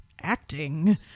acting